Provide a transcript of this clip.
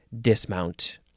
dismount